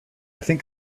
think